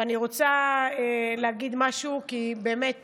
ואני רוצה להגיד משהו, כי באמת